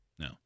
No